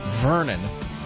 Vernon